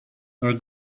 are